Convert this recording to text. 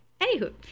Anywho